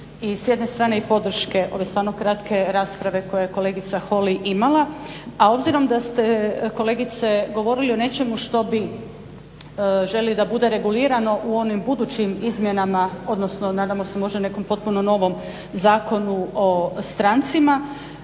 s jedne strane i podrške ove stvarno kratke rasprave koju je kolegica Holy imala, a obzirom da ste kolegice govorili o nečemu što bi željeli da bude regulirano u onim budućim izmjenama odnosno nadamo se možda nekom potpuno novom Zakonu o strancima.